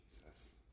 Jesus